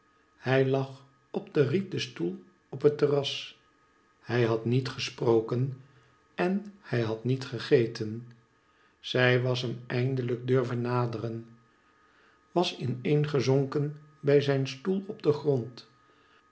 hij lag op den rieten stoel op het terras hij had niet gesproken en hij had niet gegeten zij was hem eindelijk durven naderen was in een gezonken bij zijn stoel op den grond